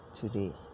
today